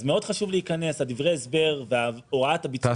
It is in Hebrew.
מאוד חשוב להיכנס, דברי ההסבר והוראת הביצוע.